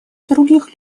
других